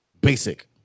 basic